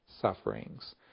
sufferings